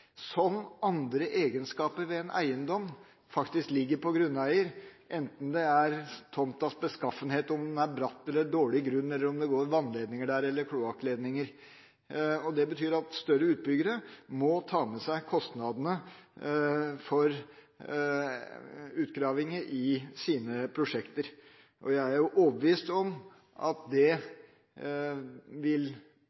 som andre egenskaper ved en eiendom faktisk ligger på grunneier, enten det er tomtens beskaffenhet – om den er bratt eller har dårlig grunn, om det går vannledninger eller kloakkledninger der. Det betyr at større utbyggere må ta med seg kostnadene for utgravinger i sine prosjekter. Jeg er overbevist om at det